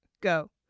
go